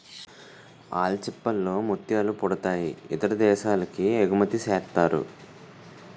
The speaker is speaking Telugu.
ఆల్చిచిప్పల్ లో ముత్యాలు పుడతాయి ఇతర దేశాలకి ఎగుమతిసేస్తారు